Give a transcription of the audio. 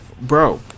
bro